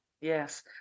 Yes